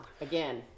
Again